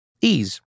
Ease